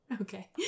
Okay